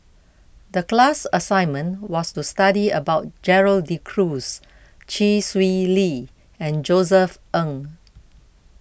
the class assignment was to study about Gerald De Cruz Chee Swee Lee and Josef Ng